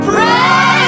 Pray